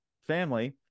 family